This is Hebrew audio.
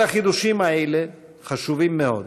כל החידושים האלה חשובים מאוד.